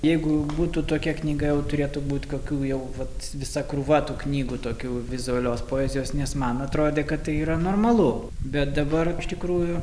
jeigu būtų tokia knyga jau turėtų būti kokių jau vat visa krūva tų knygų tokių vizualios poezijos nes man atrodė kad tai yra normalu bet dabar iš tikrųjų